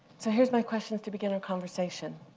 so here's my questions to begin our conversation.